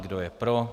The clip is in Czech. Kdo je pro?